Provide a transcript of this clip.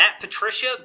Patricia